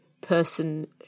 person